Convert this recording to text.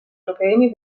probleemi